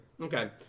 Okay